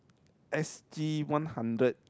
s_g one hundred